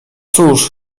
cóż